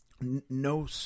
no